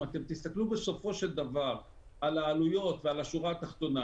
אם תסתכלו בסופו של דבר על העלויות ועל השורה התחתונה